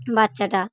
বাচ্চাটা